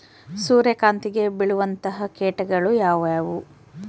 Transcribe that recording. ಸೂರ್ಯಕಾಂತಿಗೆ ಬೇಳುವಂತಹ ಕೇಟಗಳು ಯಾವ್ಯಾವು?